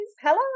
Hello